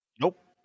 Nope